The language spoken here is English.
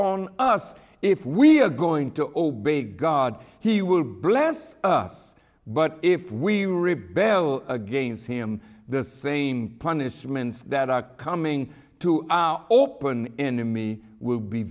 on us if we are going to obey god he will bless us but if we rebel against him the same punishments that are coming to open enemy will be